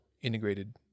integrated